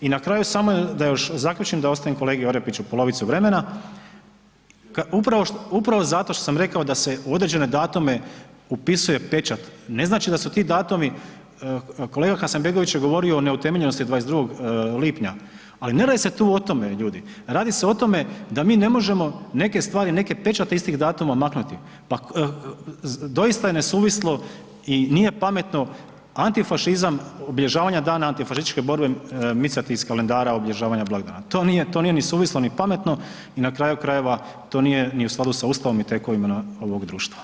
I na kraju samo da još zaključim da ostavim kolegi Orepiću polovicu vremena, upravo, upravo zato što sam rekao da se u određene datume upisuje pečat, ne znači da su ti datumi, kolega Hasanbegović je govorio o neutemeljenosti 22. lipnja, ali ne radi se tu o tome ljudi, radi se o tome da mi ne možemo neke stvari, neke pečate istih datuma maknuti, pa doista je nesuvislo i nije pametno antifašizam, obilježavanja Dana antifašističke borbe micati iz kalendara obilježavanja blagdana, to nije, to nije ni suvislo ni pametno i na kraju krajeva to nije ni u skladu sa Ustavom i tekovima ovog društva.